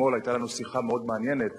אתמול היתה לנו שיחה מאוד מעניינת,